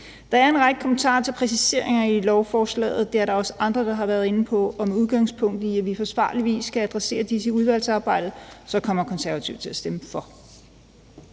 Der er en række kommentarer til præciseringer i lovforslaget – det er der også andre der har været inde på – og med udgangspunkt i, at vi på forsvarlig vis skal adressere disse i udvalgsarbejdet, så kommer Konservative til at stemme for